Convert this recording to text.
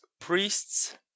Priests